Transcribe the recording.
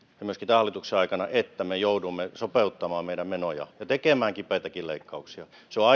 hallituksen aikana että me joudumme sopeuttamaan meidän menojamme ja tekemään kipeitäkin leikkauksia se on ainut tie en usko että sdpnkään ollessa